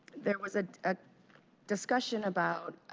there was a ah discussion about